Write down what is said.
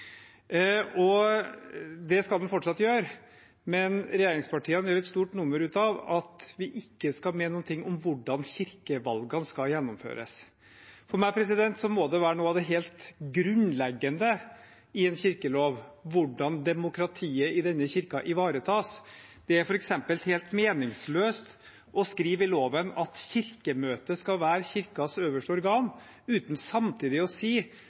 Det skal den fortsatt gjøre, men regjeringspartiene gjør et stort nummer ut av at vi ikke skal mene noe om hvordan kirkevalgene skal gjennomføres. For meg må det være noe av det helt grunnleggende i en kirkelov hvordan demokratiet i denne kirken ivaretas. Det er f.eks. helt meningsløst å skrive i loven at Kirkemøtet skal være Kirkens øverste organ, uten samtidig å si